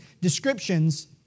descriptions